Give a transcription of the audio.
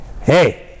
hey